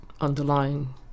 underlying